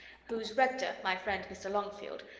whose rector, my friend mr. longfield,